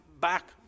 back